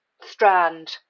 strand